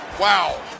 Wow